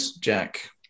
Jack